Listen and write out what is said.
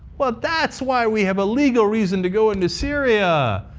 well, that's why we have a legal reason to go into syria.